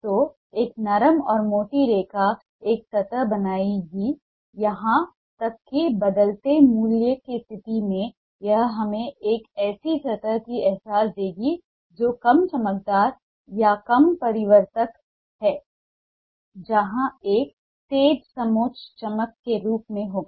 तो एक नरम और मोटी रेखा एक सतह बनाएगी यहां तक कि बदलते मूल्य की स्थिति में यह हमें एक ऐसी सतह का एहसास देगी जो कम चमकदार या कम परावर्तक है जहां एक तेज समोच्च चमक के रूप में होगा